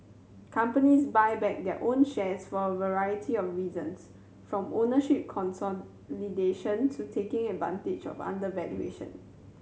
companies buy back their own shares for a variety of reasons from ownership consolidation to taking advantage of undervaluation